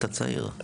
אתה צעיר.